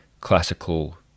classical